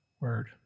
word